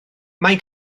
mae